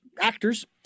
actors